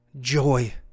joy